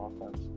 offense